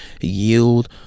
yield